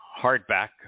hardback